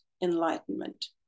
enlightenment